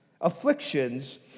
afflictions